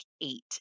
eight